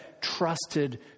trusted